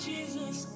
Jesus